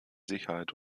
sicherheit